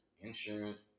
insurance